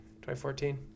2014